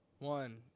One